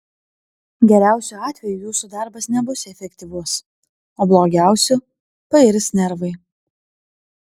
geriausiu atveju jūsų darbas nebus efektyvus o blogiausiu pairs nervai